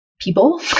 people